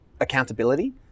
accountability